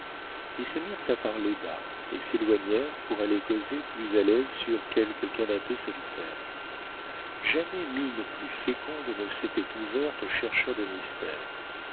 ils se mirent à parler bas et s'éloignèrent pour aller causer plus à l'aise sur quelque canapé solitaire jamais mine plus féconde ne s'était ouverte aux chercheurs de mystères